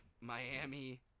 Miami